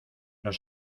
nos